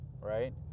right